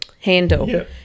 handle